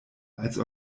als